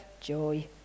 joy